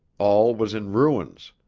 all was in ruins.